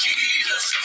Jesus